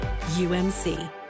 UMC